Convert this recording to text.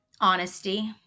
Honesty